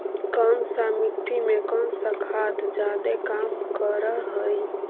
कौन सा मिट्टी मे कौन सा खाद खाद जादे काम कर हाइय?